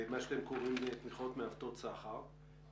במה שאתם קוראים: תמיכות מעוותות סחר,